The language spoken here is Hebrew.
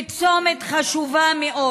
וצומת חשוב מאוד,